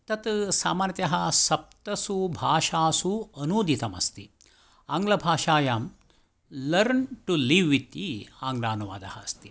तत् सामान्यतः सप्तसु भाषासु अनूदितमस्ति आङ्ग्लभाषायां लर्न् टु लिव् इति आङ्ग्लानुवादः अस्ति